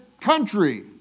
country